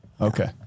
Okay